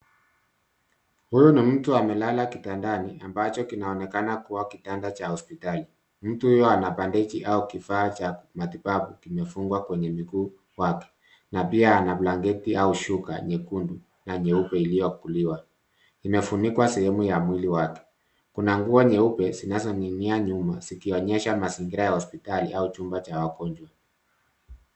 Huyu ni mtu amelala kitandani ambacho kinaonekana kuwa kitanda cha hospitali. Mtu huyu ana bandeji au kifaa cha matibabu kilichofungwa kwenye mguu wake na pia ana blanketi au shuka nyekundu na nyeupe iliyofuliwa. Imefunikwa sehemu ya mwili wake. Kuna nguo nyeupe zinazoning'inia nyuma zikionyesha mazingira ya hospitali au chumba cha wagonjwa.